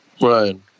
Right